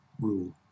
rule